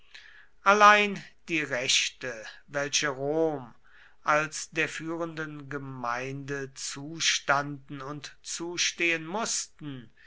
allein die rechte welche rom als der führenden gemeinde zustanden und zustehen mußten